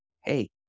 hey